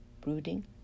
brooding